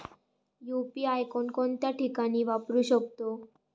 UPI कोणकोणत्या ठिकाणी वापरू शकतो?